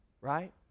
Right